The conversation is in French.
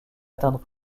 atteindre